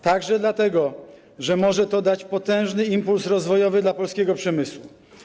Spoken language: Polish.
także dlatego, że może to dać potężny impuls rozwojowy dla polskiego przemysłu.